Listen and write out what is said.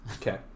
Okay